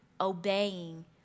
obeying